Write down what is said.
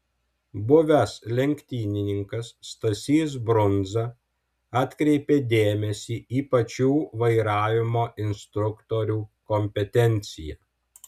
buvęs lenktynininkas stasys brundza atkreipia dėmesį į pačių vairavimo instruktorių kompetenciją